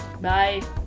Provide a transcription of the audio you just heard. Bye